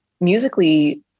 Musically